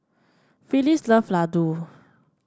Phyllis love laddu